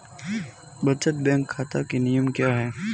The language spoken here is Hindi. बचत बैंक खाता के नियम क्या हैं?